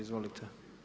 Izvolite.